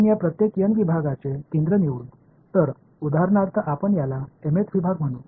எனவே எடுத்துக்காட்டாக இது இந்த mth பிரிவை அழைப்போம் இதை என்று அழைப்போம்